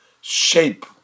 shape